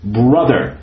brother